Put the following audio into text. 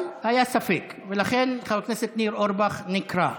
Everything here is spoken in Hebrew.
אבל היה ספק, לכן חבר הכנסת ניר אורבך נקרא.